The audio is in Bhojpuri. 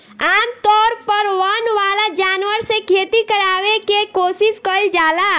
आमतौर पर वन वाला जानवर से खेती करावे के कोशिस कईल जाला